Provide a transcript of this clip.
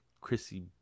Chrissy